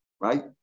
Right